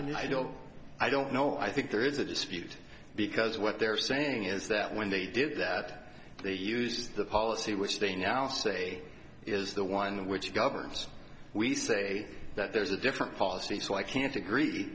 i mean i don't i don't know i think there is a dispute because what they're saying is that when they did that they use the policy which they now say is the one which governs we say that there's a different policy so i can't agree